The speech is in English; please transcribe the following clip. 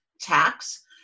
tax